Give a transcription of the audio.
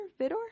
vidor